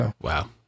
Wow